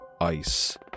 ice